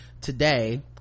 today